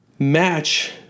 match